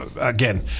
again